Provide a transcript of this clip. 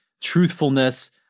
truthfulness